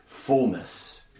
Fullness